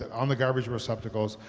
on the garbage receptacles.